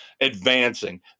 advancing